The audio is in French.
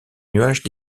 nuages